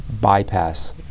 bypass